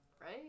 Right